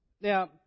Now